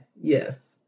Yes